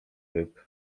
ryb